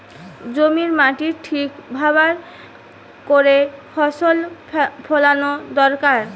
জমির মাটির ঠিক ব্যাভার কোরে ফসল ফোলানো দোরকার